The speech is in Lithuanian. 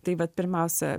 tai vat pirmiausia